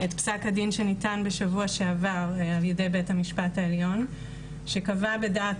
את פסק הדין שניתן בשבוע שעבר על ידי בית המשפט העליון שקבע בדעת